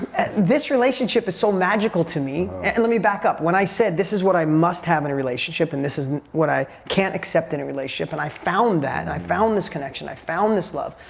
this relationship is so magical to me. and let me back up, when i said this is what i must have in a relationship and this is what i can't accept in a relationship and i found that, i found this connection, i found this love.